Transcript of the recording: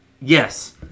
Yes